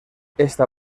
esta